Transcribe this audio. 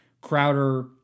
Crowder